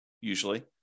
usually